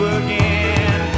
again